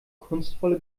kunstvolle